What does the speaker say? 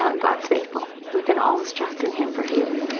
um god's faithful. we can always trust in him for healing.